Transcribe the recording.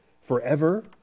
forever